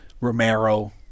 Romero